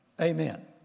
Amen